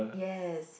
yes